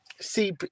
See